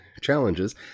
challenges